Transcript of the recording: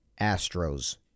Astros